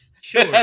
Sure